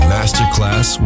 Masterclass